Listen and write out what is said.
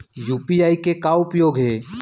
UPI के का उपयोग हे?